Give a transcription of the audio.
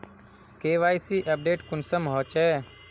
KYC update कुंसम होचे?